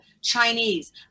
Chinese